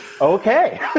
Okay